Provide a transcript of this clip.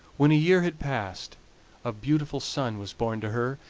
when a year had passed a beautiful son was born to her,